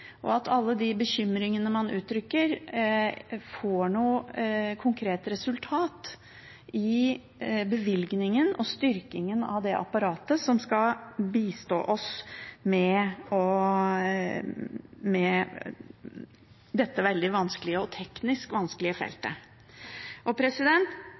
at alle de bekymringene man uttrykker, får noe konkret resultat i bevilgningen og styrkingen av det apparatet som skal bistå oss med dette veldig vanskelige og teknisk vanskelige